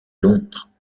londres